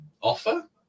offer